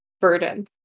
burden